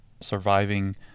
surviving